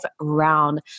round